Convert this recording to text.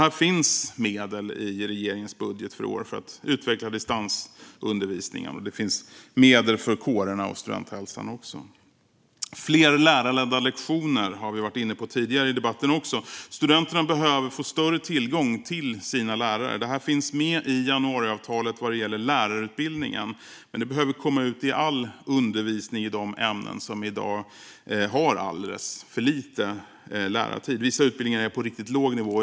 Det finns i regeringens budget för i år medel för att utveckla distansundervisningen. Det finns också medel för kårerna och studenthälsan. Vi har tidigare i debatten också varit inne på fler lärarledda lektioner. Studenterna behöver få större tillgång till sina lärare, vilket finns med i januariavtalet vad gäller lärarutbildningen, men det behövs i all undervisning i de ämnen som i dag har alldeles för lite lärarledd tid. På vissa utbildningar är den lärarledda tiden på riktigt låg nivå.